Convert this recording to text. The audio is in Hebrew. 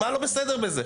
מה לא בסדר בזה?